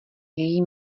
její